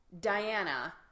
Diana